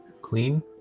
clean